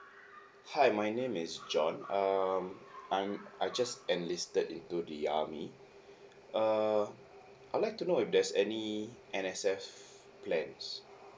hi my name is john um I'm I just enlisted into the army err I'll like to know if there's any N_S_F plans